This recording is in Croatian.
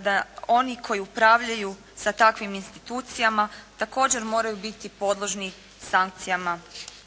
da oni koji upravljaju sa takvim institucijama također moraju biti podložni sankcijama